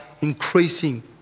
increasing